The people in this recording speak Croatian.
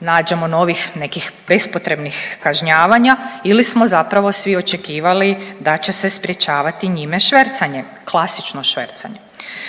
nađemo novih nekih bespotrebnih kažnjavanja ili smo zapravo svi očekivali da će se sprječavati njime švercanje, klasično švercanje?